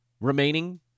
remaining